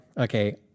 okay